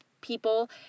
people